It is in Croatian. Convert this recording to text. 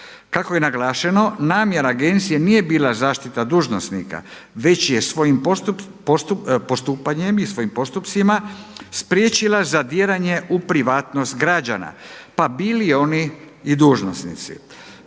Kako je naglašeno namjera agencije nije bila zaštita dužnosnika, već je svojim postupanjem i svojim postupcima spriječila zadiranje u privatnost građana pa bili oni i dužnosnici.